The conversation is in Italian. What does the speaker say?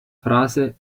frase